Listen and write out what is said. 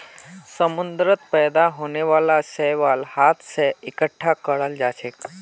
समुंदरत पैदा होने वाला शैवाल हाथ स इकट्ठा कराल जाछेक